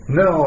no